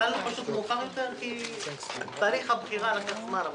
התחלנו פשוט מאוחר יותר כי תהליך הבחירה לקח זמן.